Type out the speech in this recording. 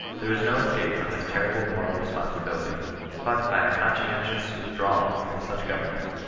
there is no escape from this terrible moral responsibility but by a conscientious withdrawal from such government,